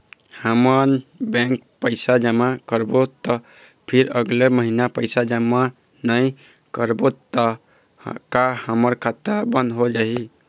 हमन बैंक पैसा जमा करबो ता फिर अगले महीना पैसा जमा नई करबो ता का हमर खाता बंद होथे जाही?